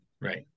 Right